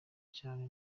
cyane